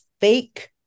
fake